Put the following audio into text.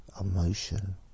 emotion